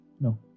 no